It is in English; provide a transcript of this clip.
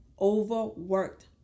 overworked